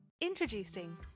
Introducing